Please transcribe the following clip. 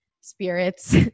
spirits